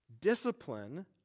discipline